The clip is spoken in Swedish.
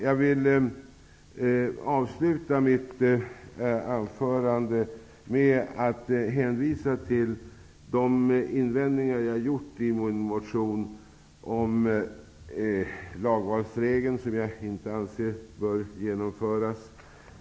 Jag vill avsluta mitt anförande med att hänvisa till de invändningar som jag har gjort i min motion om lagvalsregeln, som jag anser inte bör genomföras.